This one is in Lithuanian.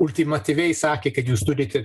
ultimatyviai sakė kad jūs turite